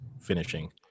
finishing